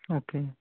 okay